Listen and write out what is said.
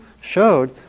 showed